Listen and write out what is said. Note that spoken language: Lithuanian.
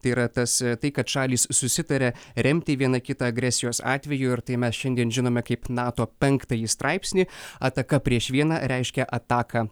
tai yra tas tai kad šalys susitarė remti viena kitą agresijos atveju ir tai mes šiandien žinome kaip nato penktąjį straipsnį ataka prieš vieną reiškia ataką